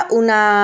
una